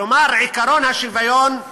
כלומר, עקרון השוויון,